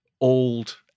old